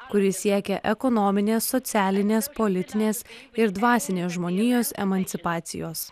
kuri siekia ekonominės socialinės politinės ir dvasinės žmonijos emancipacijos